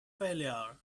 valour